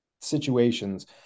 situations